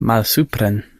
malsupren